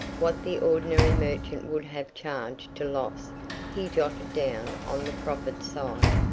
what the ordinary merchant would have charged to loss he jotted down on the profit side,